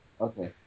Okay